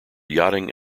yachting